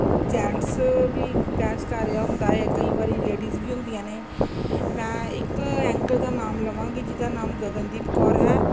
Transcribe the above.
gents ਵੀ ਬਹਿਸ ਕਰ ਰਿਹਾ ਹੁੰਦਾ ਏ ਕਈ ਵਾਰੀ ਲੇਡੀਜ਼ ਵੀ ਹੁੰਦੀਆਂ ਨੇ ਮੈਂ ਇੱਕ ਐਂਕਰ ਦਾ ਨਾਮ ਲਵਾਂਗੀ ਜਿਹਦਾ ਨਾਮ ਗਗਨਦੀਪ ਕੌਰ ਹੈ